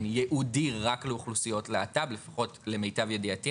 ייעודי רק לאוכלוסיות להט"ב לפחות למיטב ידיעתי,